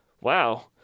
Wow